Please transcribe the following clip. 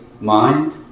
mind